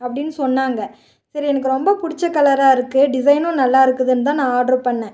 அப்படின்னு சொன்னாங்க சரி எனக்கு ரொம்ப பிடிச்ச கலராக இருக்குது டிசைனும் நல்லாயிருக்குதுன் தான் நான் ஆர்ட்ரு பண்ணிணேன்